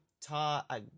ta